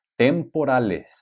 temporales